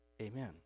Amen